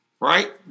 Right